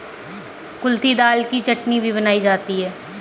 कुल्थी दाल की चटनी भी बनाई जाती है